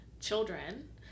children